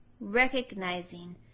recognizing